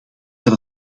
dat